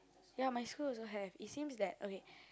ya my school also have it seems that okay